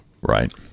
right